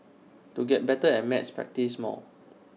to get better at maths practise more